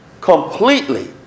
completely